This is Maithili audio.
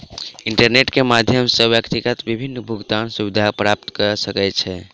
इंटरनेट के माध्यम सॅ व्यक्ति विभिन्न भुगतान सुविधा प्राप्त कय सकै छै